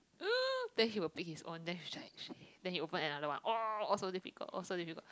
then he will pick his own then shit then he open another one oh also difficult all so difficult